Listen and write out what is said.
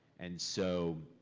and so,